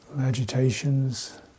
Agitations